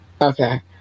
okay